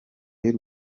y’u